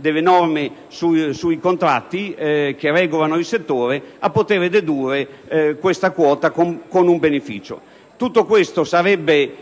delle norme sui contratti che regolano il settore questa quota traendone un beneficio. Tutto questo sarebbe